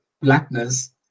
blackness